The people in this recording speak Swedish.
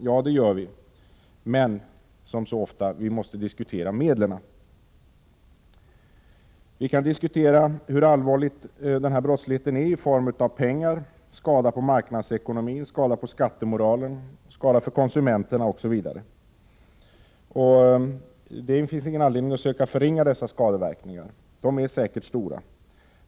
Ja, det gör vi, men som så ofta måste vi även i detta fall diskutera medlen. Vi kan diskutera hur allvarlig denna brottslighet är när det gäller pengar, skadorna på marknadsekonomin, skadorna på skattemoralen, skadorna för konsumenterna osv. Det finns ingen anledning att försöka förringa dessa skadeverkningar. De är säkerligen stora.